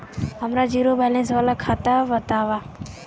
हमार zero balance वाला खाता संख्या वतावा?